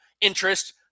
interest